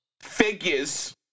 Figures